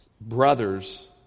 brothers